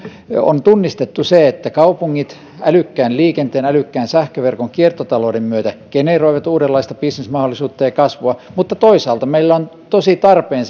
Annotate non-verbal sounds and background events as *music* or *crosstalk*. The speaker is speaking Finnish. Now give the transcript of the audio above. on tunnistettu se että kaupungit älykkään liikenteen älykkään sähköverkon ja kiertotalouden myötä generoivat uudenlaista bisnesmahdollisuutta ja kasvua mutta toisaalta meillä on tosi tarpeen *unintelligible*